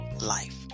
Life